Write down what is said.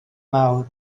mawr